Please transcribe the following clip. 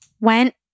went